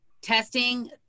testing